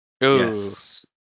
Yes